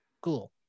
cool